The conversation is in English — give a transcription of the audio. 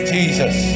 Jesus